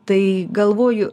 tai galvoju